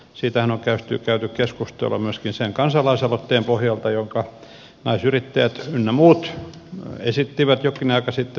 siitähän on käyty keskustelua myöskin sen kansalaisaloitteen pohjalta jonka yrittäjänaiset ynnä muut esittivät jokin aika sitten